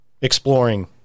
exploring